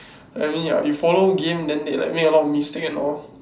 I mean ya you follow game then they like make a lot mistakes and all